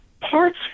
parts